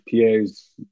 PAs